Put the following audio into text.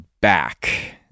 back